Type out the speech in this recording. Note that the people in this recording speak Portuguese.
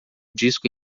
disco